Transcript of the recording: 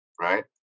right